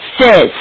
says